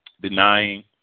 Denying